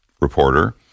reporter